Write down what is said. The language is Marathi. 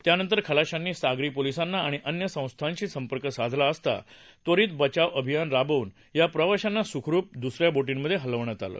त्यानंतर खलाशांनी सागरी पोलिसांना आणि अन्य संस्थांशी संपर्क साधला असता त्वरित बचाव अभियान राबवून या प्रवाशांना सुखरूप दुसऱ्या बोटींमध्ये हलवण्यात आलं